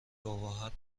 ابهت